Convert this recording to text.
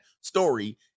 story